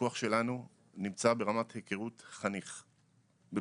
הפיקוח שלנו נמצא ברמת היכרות חניך בפנימייה,